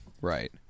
right